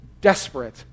desperate